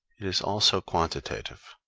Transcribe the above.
it is also quantitative.